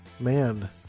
man